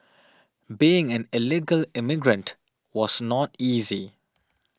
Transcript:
being an illegal immigrant was not easy